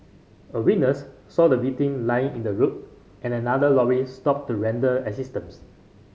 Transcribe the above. a witness saw the victim lying in the road and another lorry stopped to render assistance